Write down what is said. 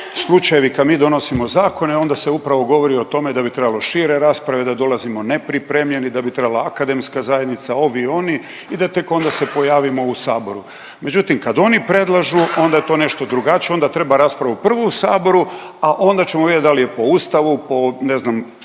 slučajevi, kad mi donosimo zakone onda se upravo govori o tome da bi trebalo šire rasprave, da dolazimo nepripremljeni, da bi trebala akademska zajednica, ovi, oni i da tek onda se pojavimo u saboru. Međutim, kad oni predlažu onda je to nešto drugačije onda treba raspravu prvo u saboru, a onda ćemo vidjeti da li je po Ustavu po ne znam